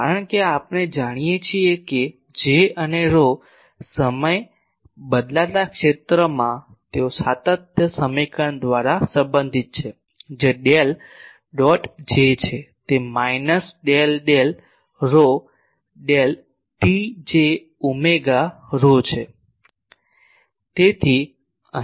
કારણ કે આપણે જાણીએ છીએ કે J અને રહો સમય બદલાતા ક્ષેત્રમાં તેઓ સાતત્ય સમીકરણ દ્વારા સંબંધિત છે જે ડેલ ડોટ J છે તે minus del del rho del t જે j ઓમેગા રહો છે